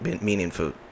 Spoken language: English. meaningful